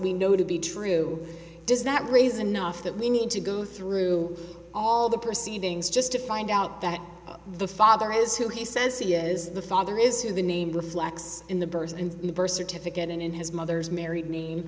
we know to be true does that raise enough that we need to go through all the proceedings just to find out that the father is who he says he is the father is who the name reflects in the birds and the birth certificate and in his mother's married name